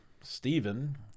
Stephen